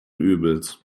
übels